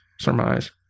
surmise